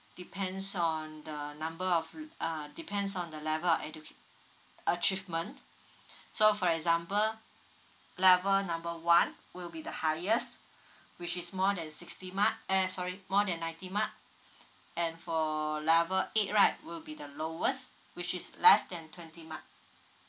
depends on the number of um uh depends on the level of edu~ achievement so for example level number one will be the highest which is more than sixty mark eh sorry more than ninety mark and for level eight right will be the lowest which is less than twenty mark